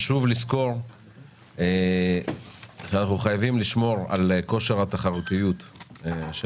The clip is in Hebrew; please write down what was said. חשוב לזכור שאנחנו חייבים לשמור על כושר התחרותיות של